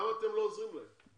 למה אתם לא עוזרים להם?